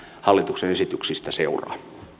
hallituksen esityksistä seuraa